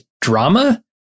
drama